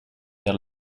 vers